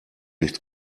nichts